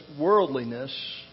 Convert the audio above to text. worldliness